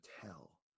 tell